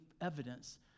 evidence